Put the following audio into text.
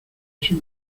eso